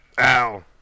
ow